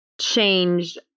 changed